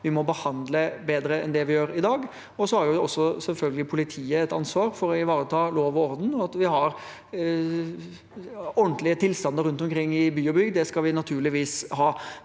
Vi må behandle bedre enn det vi gjør i dag. Politiet har selvfølgelig også et ansvar for å ivareta lov og orden og for at vi har ordentlige tilstander rundt omkring i by og bygd. Det skal vi naturligvis ha,